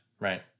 right